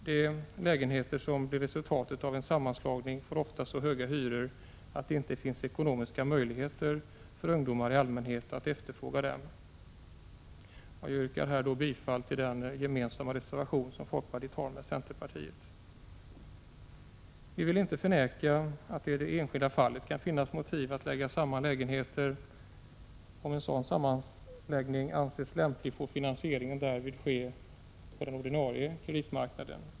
De lägenheter som blir resultatet av en sammanläggning får ofta så hög hyra, att det inte finns ekonomiska möjligheter för ungdomar i allmänhet att efterfråga dem. Jag yrkar på denna punkt bifall till den reservation som är gemensam för centern och folkpartiet. Vi vill inte förneka att det i det enskilda fallet kan finnas motiv att lägga samman lägenheter. Om en sammanläggning anses lämplig får finansieringen därav ske på den ordinarie kreditmarknaden.